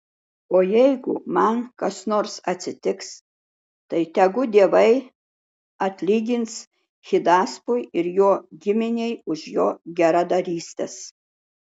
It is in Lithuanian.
o jeigu man kas nors atsitiks tai tegu dievai atlygins hidaspui ir jo giminei už jo geradarystes